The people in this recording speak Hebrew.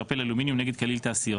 ארפל אלומיניום נגד קליל תעשיות.